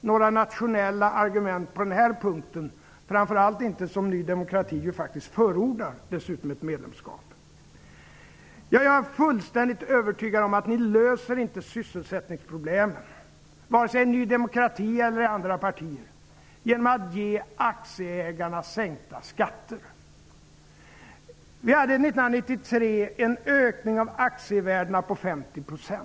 några nationella argument på den punkten, framför allt inte som Ny demokrati förordar ett medlemskap. Jag är fullständigt övertygad om att ni inte löser sysselsättningsproblemen, varken i Ny demokrati eller i andra partier, genom att ge aktieägarna skattesänkningar. Vi hade 1993 en ökning av aktievärdena med 50 %.